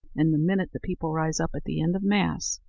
and the minute the people rise up at the end of mass,